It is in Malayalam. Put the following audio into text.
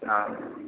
ആ